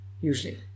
usually